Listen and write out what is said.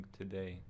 today